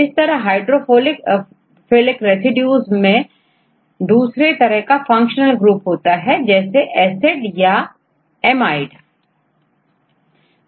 इसी तरह hydrophilic residues मैं दूसरे तरह का फंक्शनल ग्रुप होता है जैसे एसिड या एमाइड